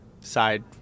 side